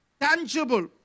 tangible